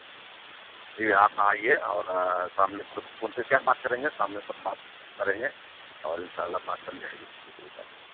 جی آپ آئیے اور سامنے خود فون پہ کیا بات کریں گے سامنے پر بات کریں گے اور ان شاء اللہ بات بن جائے گی کوٮٔی بڑی بات نہیں